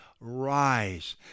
Rise